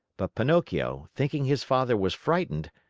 but pinocchio, thinking his father was frightened,